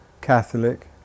Catholic